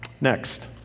next